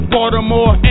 Baltimore